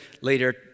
later